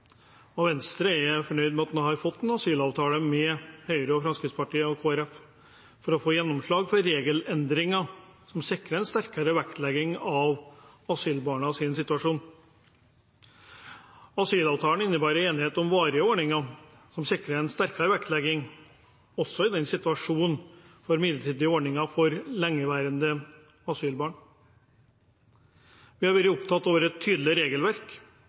å få gjennomslag for regelendringer som sikrer en sterkere vektlegging av asylbarnas situasjon. Asylavtalen innebærer enighet om varige ordninger som sikrer en sterkere vektlegging, også i situasjonen med midlertidige ordninger for lengeværende asylbarn. Vi har vært opptatt av å ha et tydelig regelverk,